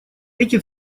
эти